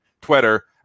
Twitter